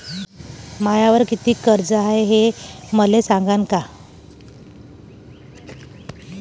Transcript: मायावर कितीक कर्ज बाकी हाय, हे मले सांगान का?